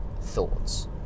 thoughts